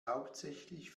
hauptsächlich